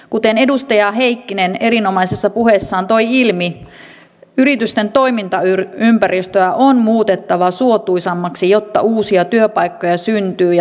kuten edustaja heikkinen erinomaisessa puheessaan toi ilmi yritysten toimintaympäristöä on muutettava suotuisammaksi jotta uusia työpaikkoja syntyy ja työttömyys laskee